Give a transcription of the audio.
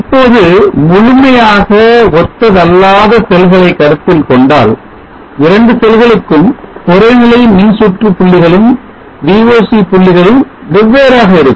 இப்போது முழுமையாக ஒத்ததல்லாத செல்களை கருத்தில் கொண்டால் 2 செல்களுக்கும் குறைநிலை மின்சுற்று புள்ளிகளும் VOC புள்ளிகளும் வெவ்வேறாக இருக்கும்